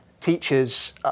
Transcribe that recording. teachers